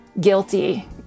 guilty